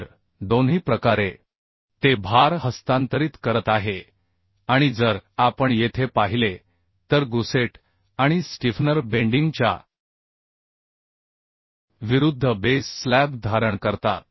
तर दोन्ही प्रकारे ते भार हस्तांतरित करत आहे आणि जर आपण येथे पाहिले तर गुसेट आणि स्टिफनर बेंडिंग च्या विरुद्ध बेस स्लॅब धारण करतात